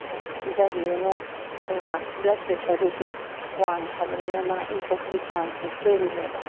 ꯑꯗꯨ ꯄꯤꯖꯕꯤꯔꯨꯅꯨ ꯑꯗꯨꯒ ꯕ꯭ꯂꯗ ꯄ꯭ꯔꯦꯁꯔꯗꯨꯁꯨ ꯋꯥꯡꯉꯦ ꯍꯥꯏꯕꯅꯤꯅ ꯃꯥ ꯏ ꯊꯣꯛꯄꯒꯤ ꯆꯥꯡꯁꯦ ꯍꯦꯜꯂꯤꯅꯦꯕ